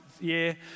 year